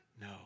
No